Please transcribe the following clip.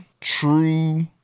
true